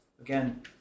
again